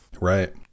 Right